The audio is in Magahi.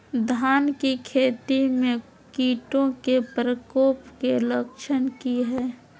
धान की खेती में कीटों के प्रकोप के लक्षण कि हैय?